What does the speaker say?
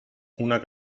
una